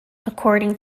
according